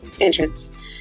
entrance